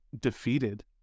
defeated